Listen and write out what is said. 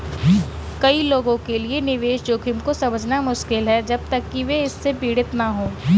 कई लोगों के लिए निवेश जोखिम को समझना मुश्किल है जब तक कि वे इससे पीड़ित न हों